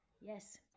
Yes